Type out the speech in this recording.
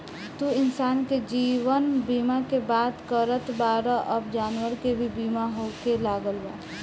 तू इंसान के जीवन बीमा के बात करत बाड़ऽ अब जानवर के भी बीमा होखे लागल बा